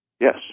Yes